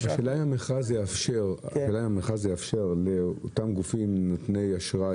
השאלה היא אם המכרז יאפשר לאותם גופים נותני אשראי